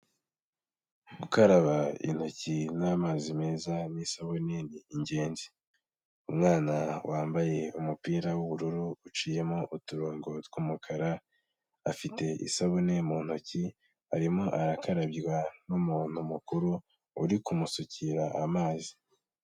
Gukaraba intoki n'amazi meza n'isabune ni ingenzi. Umwana wambaye umupira w'ubururu uciyemo uturongo tw'umukara, afite isabune mu ntoki, arimo arakarabywa n'umuntu mukuru uri kumusukira amazi.